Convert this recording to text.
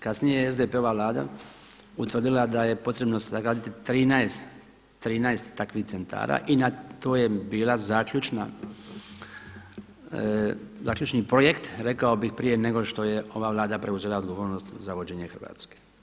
Kasnije je SDP-ova Vlada utvrdila da je potrebno sagraditi 13 takvih centara i na to je bio zaključni projekt rekao bih prije nego što je ova Vlada preuzela odgovornost za vođenje Hrvatske.